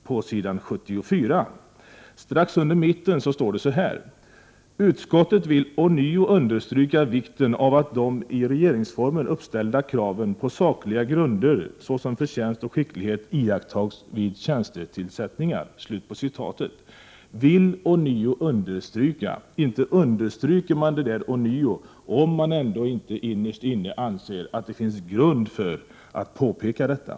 På s. 74 strax under mitten av sidan står det: ”Utskottet vill ånyo understryka vikten av att de i regeringsformen uppställda kraven på sakliga grunder såsom förtjänst och skicklighet iakttas vid tjänstetillsättningar.” ”Utskottet vill ånyo understryka” — inte understryker man det ånyo, om man inte innerst inne anser att det finns grund för att påpeka detta.